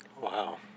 Wow